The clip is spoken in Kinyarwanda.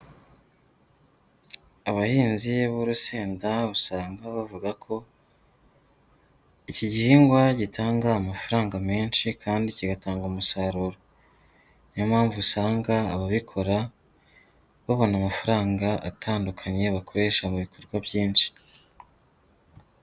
Abahinzi b'urusenda usanga bavuga ko ikihingwa gitanga amafaranga menshi kandi kigatanga umusaruro. Niyo mpamvu usanga ababikora babona amafaranga atandukanye bakoresha mu bikorwa byinshi.